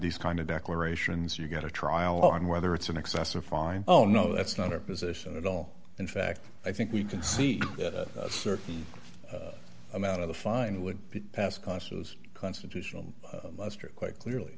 these kind of declarations you get a trial on whether it's an excessive fine oh no that's not our position at all in fact i think we can see a certain amount of the fine would pass consuls constitutional muster quite clearly